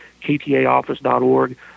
ktaoffice.org